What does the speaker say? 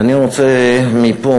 ואני רוצה מפה,